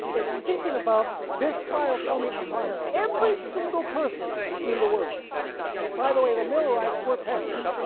it's speaking about this trial coming upon every single person in the world by the way the millerites were tested.